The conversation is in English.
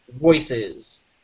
voices